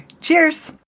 Cheers